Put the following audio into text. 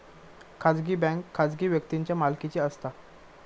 खाजगी बँक खाजगी व्यक्तींच्या मालकीची असता